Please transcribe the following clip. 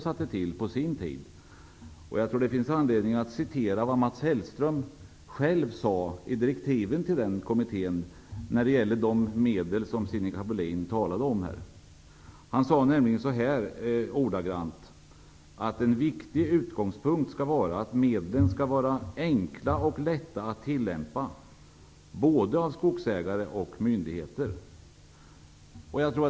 Jag tycker att det finns anledning att citera vad Mats Hellström sade i direktiven till denna kommitté när det gäller de medel som Sinikka Bohlin talade om: ''En viktig utgångspunkt skall vara att medlen skall vara enkla och lätta att tillämpa, både av skogsägare och av myndigheter.''